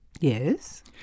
Yes